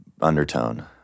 undertone